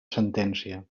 sentència